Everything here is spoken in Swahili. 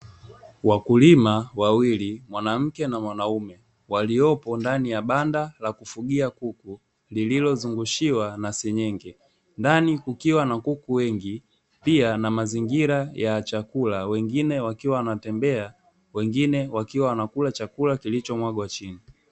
Wakulima wawili, mwanamke na mwanaume, waliopo ndani ya banda la kufugia kuku, lililozungushiwa na senyenge. Ndani kukiwa na kuku wengi pia na mazingira ya chakula, wengine wakiwa wanatembea, wengine wakiwa wanakula chakula kilichomwagwa chini.